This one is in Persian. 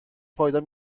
پایدار